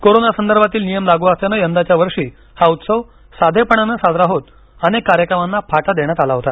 corona संदर्भातील नियम लागू असल्यानं यंदाच्या वर्षी हा उत्सव साधेपणानं साजरा होत अनेक कार्यक्रमांना फाटा देण्यात आला होता